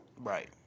Right